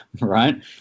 right